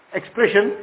expression